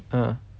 ah